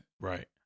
Right